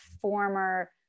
former